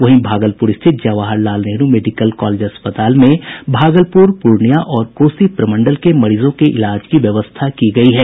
वहीं भागलपुर स्थित Jawahar Lal Nehru medical college अस्पताल में भागलपुर पूर्णिया और कोसी प्रमंडल के मरीजों के इलाज की व्यवस्था की गई है